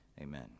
Amen